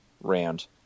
round